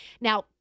Now